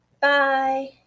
Bye